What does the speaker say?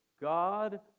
God